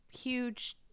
huge